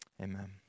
Amen